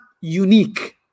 unique